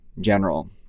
general